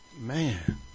Man